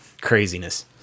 craziness